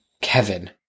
Kevin